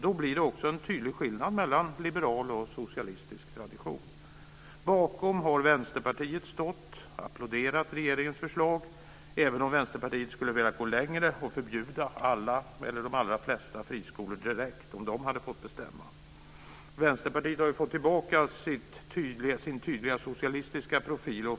Då blir det också en tydlig skillnad mellan liberal och socialistisk tradition. Bakom har Vänsterpartiet stått och applåderat regeringens förslag, även om Vänsterpartiet skulle velat gå längre och förbjuda alla eller de allra flesta friskolor direkt om de hade fått bestämma. Vänsterpartiet har ju fått tillbaka sin tydliga socialistiska profil.